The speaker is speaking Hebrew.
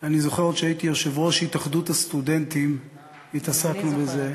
אני זוכר שעוד כשהייתי יושב-ראש התאחדות הסטודנטים התעסקנו בזה,